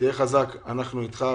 תהיה חזק, אנחנו איתך.